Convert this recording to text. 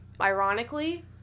ironically